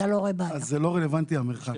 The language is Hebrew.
זה לא רלוונטי המרחק.